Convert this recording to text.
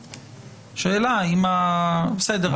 בסדר.